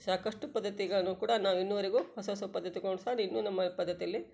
ಸಾಕಷ್ಟು ಪದ್ದತಿಗಳನ್ನು ಕೂಡ ನಾವು ಇನ್ನುವರೆಗೂ ಹೊಸ ಹೊಸ ಪದ್ದತಿಗಳು ಸಾ ಇನ್ನು ನಮ್ಮ ಪದ್ದತಿಯಲ್ಲಿ